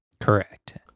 Correct